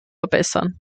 verbessern